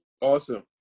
Awesome